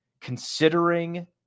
considering